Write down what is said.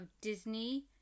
Disney